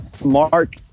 Mark